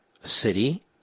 city